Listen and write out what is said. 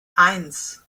eins